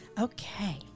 Okay